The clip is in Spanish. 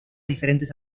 diferentes